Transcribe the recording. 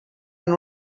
amb